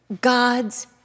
God's